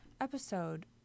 episode